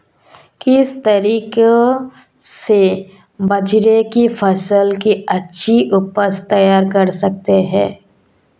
किस तरीके से बाजरे की फसल की अच्छी उपज तैयार कर सकते हैं?